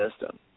system